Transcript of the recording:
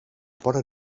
bore